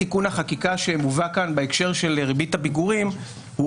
תיקון החקיקה שמובא כאן בהקשר של ריבית הפיגורים הוא